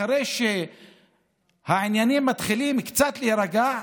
אחרי שהעניינים מתחילים קצת להירגע,